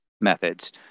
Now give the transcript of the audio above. methods